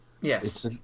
Yes